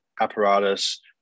apparatus